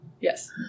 Yes